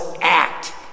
act